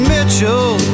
Mitchell